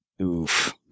Oof